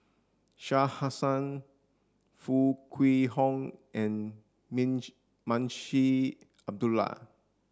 Shah Hussain Foo Kwee Horng and Munshi Abdullah